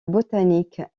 botanique